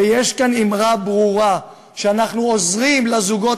ויש כאן אמירה ברורה: שאנחנו עוזרים לזוגות